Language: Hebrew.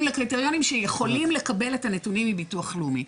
לקריטריונים שיכולים לקבל את הנתונים מביטוח לאומי.